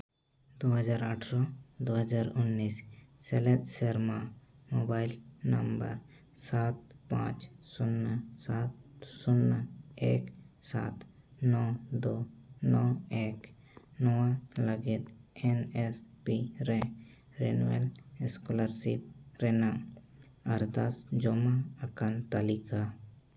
ᱫᱩ ᱦᱟᱡᱟᱨ ᱟᱴᱷᱨᱚ ᱫᱩ ᱦᱟᱡᱟᱨ ᱩᱱᱤᱥ ᱥᱮᱞᱮᱫ ᱥᱮᱨᱢᱟ ᱢᱳᱵᱟᱭᱤᱞ ᱱᱟᱢᱵᱟᱨ ᱥᱟᱛ ᱯᱟᱸᱪ ᱥᱩᱱᱱᱚ ᱥᱟᱛ ᱥᱩᱱᱱᱚ ᱮᱹᱠ ᱥᱟᱛ ᱱᱚ ᱫᱩ ᱱᱚ ᱮᱹᱠ ᱱᱚᱣᱟ ᱞᱟᱹᱜᱤᱫ ᱮᱱ ᱮᱥ ᱯᱤ ᱨᱮ ᱨᱮᱱᱩᱣᱟᱞ ᱥᱠᱚᱞᱟᱨᱥᱤᱯ ᱨᱮᱱᱟᱜ ᱟᱨᱫᱟᱥ ᱡᱚᱢᱟ ᱟᱠᱟᱱ ᱛᱟᱹᱞᱤᱠᱟ